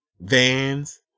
vans